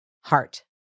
Heart